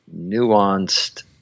nuanced